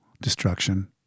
destruction